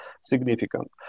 significant